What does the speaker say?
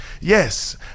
Yes